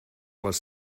les